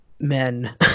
men